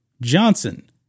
Johnson